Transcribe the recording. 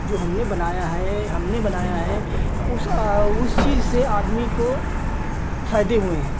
जो हमने बनाया है हमने बनाया है उस उस चीज़ से आदमी को फ़ायदे हुए हैं